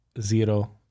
zero